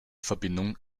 verbindung